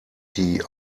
die